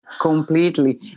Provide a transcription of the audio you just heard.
Completely